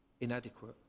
inadequate